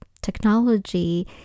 technology